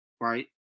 right